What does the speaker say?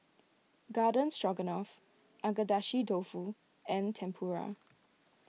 Garden Stroganoff Agedashi Dofu and Tempura